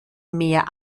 mehr